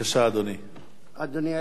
אדוני היושב-ראש,